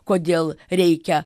kodėl reikia